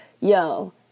yo